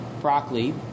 broccoli